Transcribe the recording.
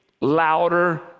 louder